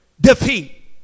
defeat